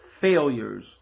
failures